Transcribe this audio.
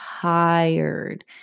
tired